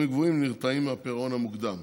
גבוהים הם נרתעים מהפירעון המוקדם.